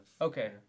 Okay